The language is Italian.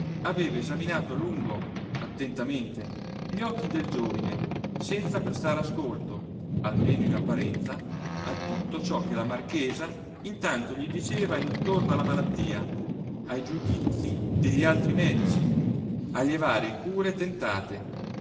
aveva esaminato a lungo attentamente gli occhi del giovine senza prestare ascolto almeno in apparenza a tutto ciò che la marchesa intanto gli diceva intorno alla malattia ai giudizi degli altri medici alle varie cure tentate